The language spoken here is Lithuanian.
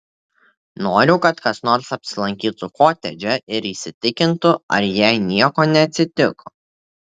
noriu kad kas nors apsilankytų kotedže ir įsitikintų ar jai nieko neatsitiko